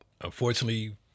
Unfortunately